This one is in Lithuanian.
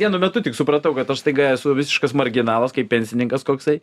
vienu metu tik supratau kad aš staiga esu visiškas marginalas kaip pensininkas koksai